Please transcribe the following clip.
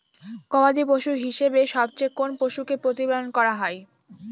গবাদী পশু হিসেবে সবচেয়ে কোন পশুকে প্রতিপালন করা হয়?